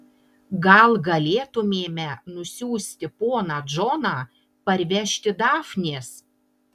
gal galėtumėme nusiųsti poną džoną parvežti dafnės